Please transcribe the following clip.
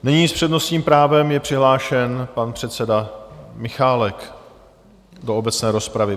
Nyní s přednostním právem je přihlášen pan předseda Michálek do obecné rozpravy.